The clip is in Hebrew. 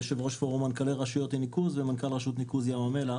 יושב-ראש פורום מנכ"לי רשויות ניקוז ומנכ"ל רשות ניקוז ים המלח.